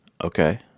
Okay